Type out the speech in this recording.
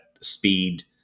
speed